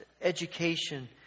education